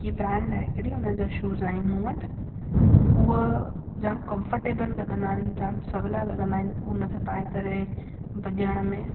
नाईकी brand आहे हिकिड़ी उनजा शूज़ आहिनि मूं वटि हूअ जामु कम्फ़र्टेबल लॻंदा आहिनि जामु सवला लॻंदा आहिनि उनखे पाए करे भॼण में